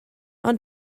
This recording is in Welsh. ond